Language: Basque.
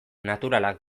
naturalak